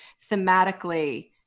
thematically